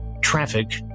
traffic